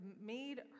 made